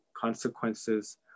consequences